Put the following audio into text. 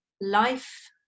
life